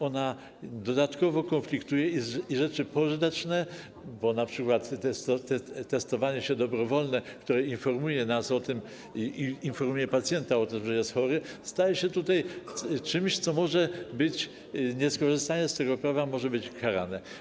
Ona dodatkowo konfliktuje i rzeczy pożyteczne, bo np. testowanie się dobrowolne, które informuje nas, informuje pacjenta o tym, że jest chory, staje się tutaj czymś, co może być... nieskorzystanie z tego prawa może być karane.